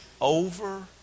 over